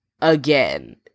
again